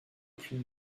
plus